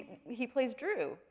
he plays drew.